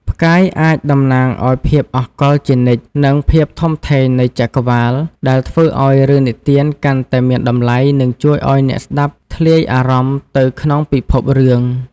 ផ្កាយអាចតំណាងឲ្យភាពអស់កល្បជានិច្ច និងភាពធំធេងនៃចក្រវាឡ ដែលធ្វើឲ្យរឿងនិទានកាន់តែមានតម្លៃ និងជួយឲ្យអ្នកស្ដាប់ធ្លាយអារម្មណ៍ទៅក្នុងពិភពរឿង ។